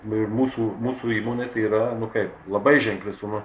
nu ir mūsų mūsų įmonei tai yra nu kaip labai ženkli suma